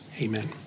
Amen